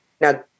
now